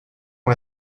com